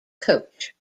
coach